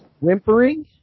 whimpering